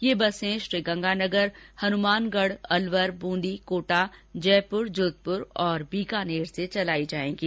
यह बसे श्रीगंगानगर हनुमानगढ़ अलवरे बूंदी कोटा जयपुर जोधपुर और बीकानेर से चलाई जाएंगी